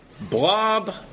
blob